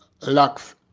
lacks